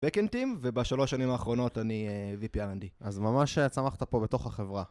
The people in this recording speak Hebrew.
בקאנדים, ובשלוש שנים האחרונות אני VP R&D. אז ממש צמחת פה, בתוך החברה.